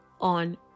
on